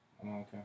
Okay